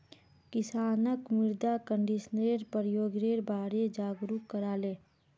किसानक मृदा कंडीशनरेर प्रयोगेर बारे जागरूक कराले